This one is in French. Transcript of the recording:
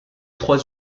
trois